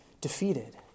defeated